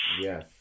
Yes